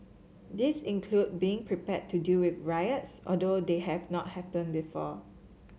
these include being prepared to deal with riots although they have not happened before